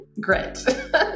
grit